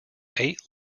eight